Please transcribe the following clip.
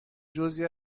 جزعی